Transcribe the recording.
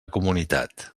comunitat